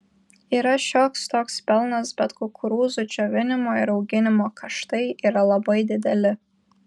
yra šioks toks pelnas bet kukurūzų džiovinimo ir auginimo kaštai yra labai dideli